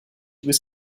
was